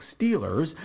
Steelers